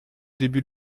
début